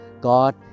God